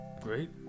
Great